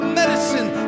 medicine